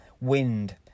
wind